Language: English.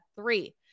three